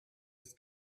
with